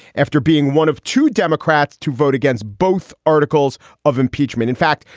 after being one of two democrats to vote against both articles of impeachment. in fact,